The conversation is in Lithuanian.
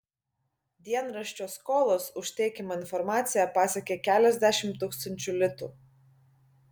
dienraščio skolos už teikiamą informaciją pasiekė keliasdešimt tūkstančių litų